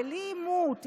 בלי עימות,